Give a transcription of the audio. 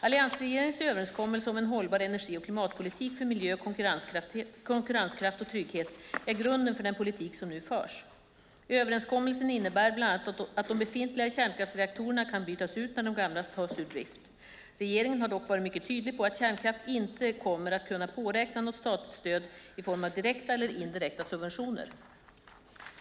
Alliansregeringens överenskommelse om en hållbar energi och klimatpolitik för miljö, konkurrenskraft och trygghet är grunden för den politik som nu förs. Överenskommelsen innebär bland annat att de befintliga kärnkraftsreaktorerna kan bytas ut när de gamla tas ur drift. Regeringen har dock varit mycket tydlig med att kärnkraft inte kommer att kunna påräkna något statligt stöd i form av direkta eller indirekta subventioner.